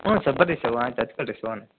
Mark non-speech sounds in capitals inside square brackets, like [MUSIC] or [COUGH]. ಹ್ಞೂ ಸರ್ ಬರ್ರಿ ಸರ್ [UNINTELLIGIBLE] ಹೋಗೋಣ